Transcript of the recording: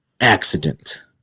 accident